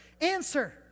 Answer